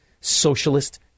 socialist